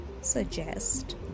suggest